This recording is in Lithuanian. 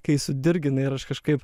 kai sudirgina ir aš kažkaip